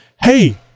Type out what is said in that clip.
hey